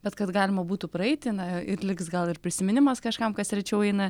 bet kad galima būtų praeiti na ir liks gal ir prisiminimas kažkam kas rečiau eina